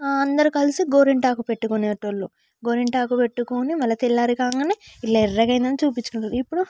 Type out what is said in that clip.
అందరం కలిసి గోరింటాకు పెట్టుకునే వాళ్ళు గోరింటాకు పెట్టుకుని మళ్ళా తెల్లారి కాగానే ఇలా ఎర్రగా అయిందని చూపించుకునే వాళ్ళు ఇప్పుడు